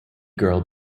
girl